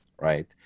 Right